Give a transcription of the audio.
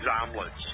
omelets